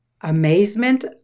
amazement